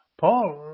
Paul